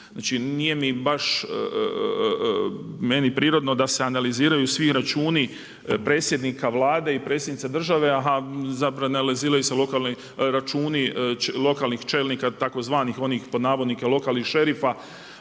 nije mi baš meni prirodno da se analiziraju svi računi predsjednika Vlade i predsjednice države, a ne analiziraju se lokalni računi lokalnih čelnika tzv. „lokalnih šerifa“